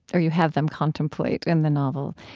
or you have them contemplate in the novel.